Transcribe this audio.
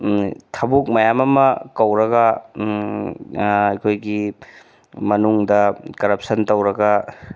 ꯊꯕꯛ ꯃꯌꯥꯝ ꯑꯃ ꯀꯧꯔꯒ ꯑꯩꯈꯣꯏꯒꯤ ꯃꯅꯨꯡꯗ ꯀꯔꯞꯁꯟ ꯇꯧꯔꯒ